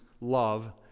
love